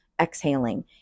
exhaling